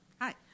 Hi